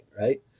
right